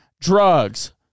drugs